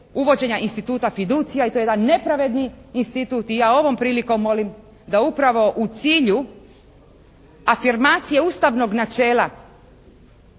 uvođenja instituta fiducija i to je jedan nepravedni institut. I ja ovom prilikom molim da upravo i cilju afirmacije ustavnog načela